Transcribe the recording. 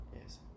yes